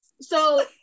So-